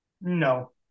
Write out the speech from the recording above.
No